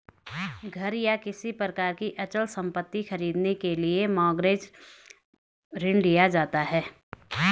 घर या किसी प्रकार की अचल संपत्ति खरीदने के लिए मॉरगेज ऋण लिया जाता है